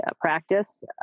practice